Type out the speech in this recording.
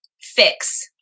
fix